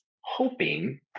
hoping